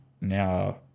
now